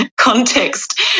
context